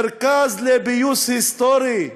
מרכז לפיוס היסטורי?